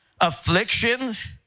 afflictions